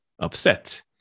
upset